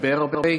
לדבר הרבה,